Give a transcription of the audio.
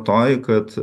toji kad